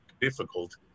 difficult